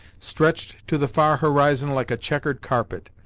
stretched to the far horizon like a checkered carpet,